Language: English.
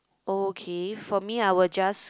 okay for me I will just